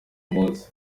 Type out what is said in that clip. munsi